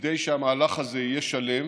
כדי שהמהלך הזה יהיה שלם